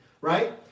right